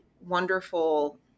wonderful